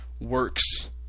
works